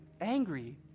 angry